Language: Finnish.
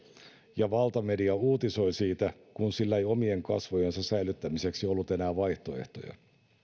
ja valtamedia uutisoi siitä kun sillä ei omien kasvojensa säilyttämiseksi ollut enää vaihtoehtoja